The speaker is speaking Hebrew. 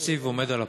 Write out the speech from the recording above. התקציב עומד על הפרק,